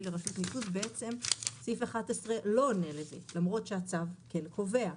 לרשות ניקוז - סעיף 11 לא עונה לזה למרות שהצו כן קובע.